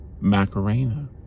Macarena